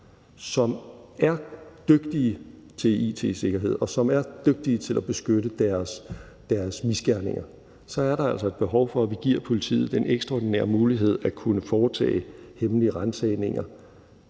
man er dygtig til it-sikkerhed, og hvor man er dygtig til at beskytte sine misgerninger, så er der altså et behov for, at vi giver politiet den ekstraordinære mulighed at kunne foretage hemmelige ransagninger.